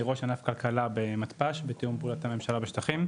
אני ראש ענף כלכלה במתפ"ש (תיאום פעולות הממשלה בשטחים),